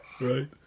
Right